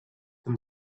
them